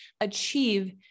achieve